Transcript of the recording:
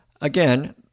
Again